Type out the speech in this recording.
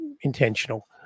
intentional